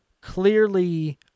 clearly